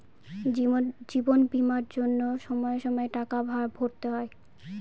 জীবন বীমার জন্য সময়ে সময়ে টাকা ভরতে হয়